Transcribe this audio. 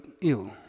ill